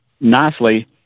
nicely